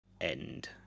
end